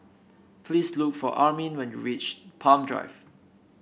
please look for Amin when you reach Palm Drive